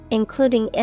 including